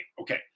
Okay